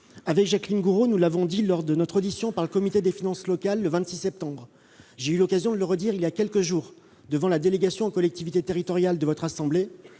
Jacqueline Gourault et moi-même l'avons dit lors de notre audition par le Comité des finances locales, le 26 septembre dernier, et j'ai eu l'occasion de le redire voilà quelques jours devant la délégation aux collectivités territoriales de votre assemblée